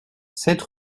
sept